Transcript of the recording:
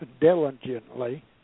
diligently